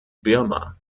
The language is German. birma